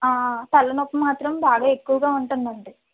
తలనొప్పి మాత్రం బాగా ఎక్కువగా ఉంటుందండీ